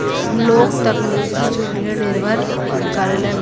लोग तकनीकी पे ढेर निर्भर करलन